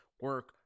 Work